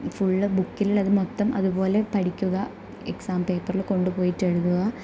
full ബുക്കിൽ ഉള്ളത് മൊത്തം അതുപോലെ പഠിക്കുക എക്സാം പേപ്പറിൽ കൊണ്ട് പോയിട്ടെഴുതുക